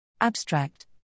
Abstract